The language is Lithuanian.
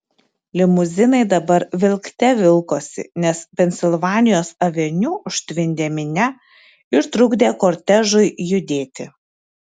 limuzinai dabar vilkte vilkosi nes pensilvanijos aveniu užtvindė minia ir trukdė kortežui judėti